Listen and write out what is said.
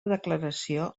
declaració